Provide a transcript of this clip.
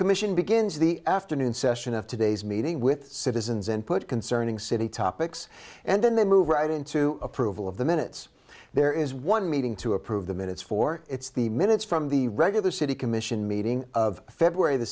commission begins the afternoon session of today's meeting with citizens and put concerning city topics and then they move right into approval of the minutes there is one meeting to approve the minutes for it's the minutes from the regular city commission meeting of february the